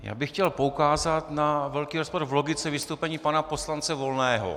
Já bych chtěl poukázat na velký rozpor v logice vystoupení pana poslance Volného.